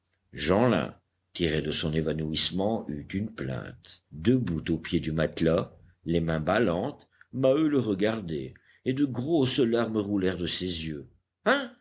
jeanlin tiré de son évanouissement eut une plainte debout au pied du matelas les mains ballantes maheu le regardait et de grosses larmes roulèrent de ses yeux